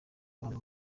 bantu